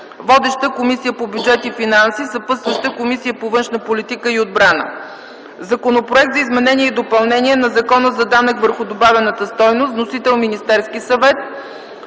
Водеща е Комисията по бюджет и финанси. Съпътстваща е Комисията по външна политика и отбрана. Законопроект за изменение и допълнение на Закона за данък върху добавената стойност. Вносител е Министерският съвет.